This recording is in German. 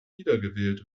wiedergewählt